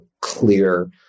clear